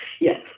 yes